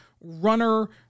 runner